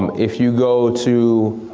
um if you go to,